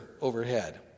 overhead